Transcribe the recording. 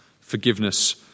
forgiveness